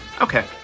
okay